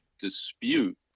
dispute